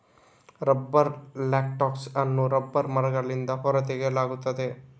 rubber latex ಅನ್ನು rubber ಮರಗಳಿಂದ ಹೊರ ತೆಗೆಯಲಾಗುತ್ತದೆ